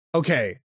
okay